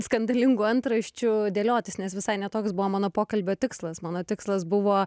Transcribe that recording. skandalingų antraščių dėliotis nes visai ne toks buvo mano pokalbio tikslas mano tikslas buvo